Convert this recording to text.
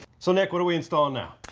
so nick, what are we installing now?